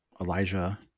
Elijah